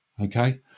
okay